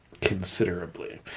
considerably